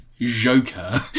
Joker